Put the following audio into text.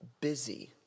busy